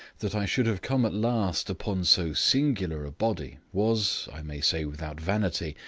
that i should have come at last upon so singular a body was, i may say without vanity,